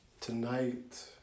Tonight